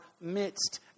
midst